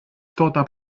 toodab